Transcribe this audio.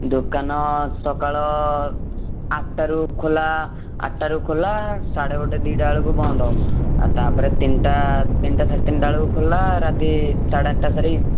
ଦୋକାନ ସକାଳ ଆଠ୍ଟାରୁ ଖୋଲା ଆଟାରୁ ଖୋଲା ସାଢ଼େ ଗୋଟେ ଦୁଇଟା ବେଳକୁ ବନ୍ଦ ଆ ତାପରେ ତିନିଟା ତିନିଟା ସାଢ଼େ ତିନିଟା ବେଳକୁ ଖୋଲା ରାତି ସାଢ଼େ ଆଠ୍ଟା ପରେ